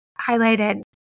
highlighted